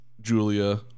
Julia